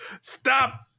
Stop